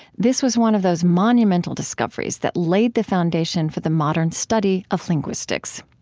this was one of those monumental discoveries that laid the foundation for the modern study of linguistics.